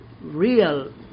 real